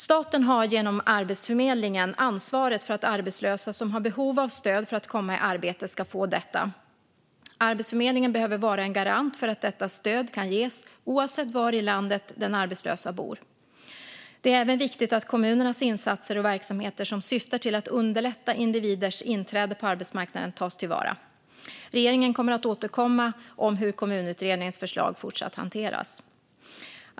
Staten har genom Arbetsförmedlingen ansvaret för att arbetslösa som har behov av stöd för att komma i arbete ska få detta. Arbetsförmedlingen behöver vara garant för att detta stöd kan ges oavsett var i landet den arbetslösa bor. Det är även viktigt att kommunernas insatser och verksamheter som syftar till att underlätta individers inträde på arbetsmarknaden tas till vara. Regeringen kommer att återkomma om hur Kommunutredningens förslag fortsatt hanteras.